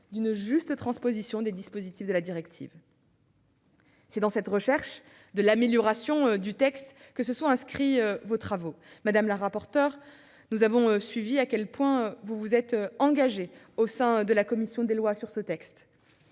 d'une juste transposition des dispositions de la directive. C'est dans cette recherche de l'amélioration du texte que se sont inscrits vos travaux. Madame la rapporteure, nous avons suivi à quel point vous vous êtes engagée au sein de la commission des lois sur ce texte.